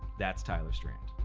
that's tyler strand.